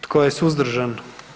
Tko je suzdržan?